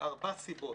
מארבע סיבות.